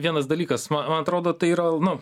vienas dalykas man man atrodo tai yra nu